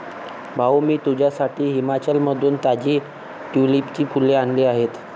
भाऊ, मी तुझ्यासाठी हिमाचलमधून ताजी ट्यूलिपची फुले आणली आहेत